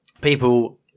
people